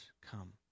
come